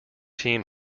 team